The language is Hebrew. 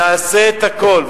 נעשה את הכול,